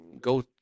go